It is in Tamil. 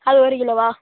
அது ஒரு கிலோவா